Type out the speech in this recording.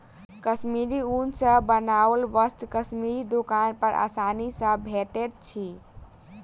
कश्मीरी ऊन सॅ बनाओल वस्त्र कश्मीरी दोकान पर आसानी सॅ भेटैत अछि